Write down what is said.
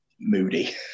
moody